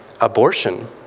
Abortion